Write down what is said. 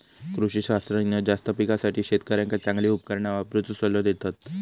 कृषी शास्त्रज्ञ जास्त पिकासाठी शेतकऱ्यांका चांगली उपकरणा वापरुचो सल्लो देतत